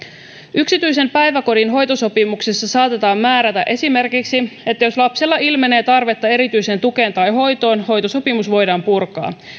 yksityisen päiväkodin hoitosopimuksessa saatetaan määrätä esimerkiksi niin että jos lapsella ilmenee tarvetta erityiseen tukeen tai hoitoon hoitosopimus voidaan purkaa